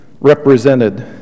represented